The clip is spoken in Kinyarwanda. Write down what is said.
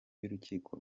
y’urukiko